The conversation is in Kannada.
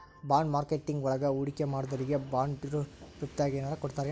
ಬಾಂಡ್ ಮಾರ್ಕೆಟಿಂಗ್ ವಳಗ ಹೂಡ್ಕಿಮಾಡ್ದೊರಿಗೆ ಬಾಂಡ್ರೂಪ್ದಾಗೆನರ ಕೊಡ್ತರೆನು?